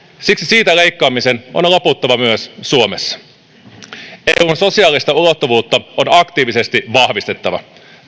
siksi siitä leikkaamisen on loputtava myös suomessa eun sosiaalista ulottuvuutta on aktiivisesti vahvistettava